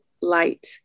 light